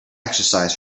exercise